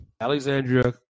Alexandria